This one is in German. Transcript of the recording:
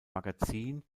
magazin